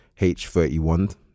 H31